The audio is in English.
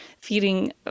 feeding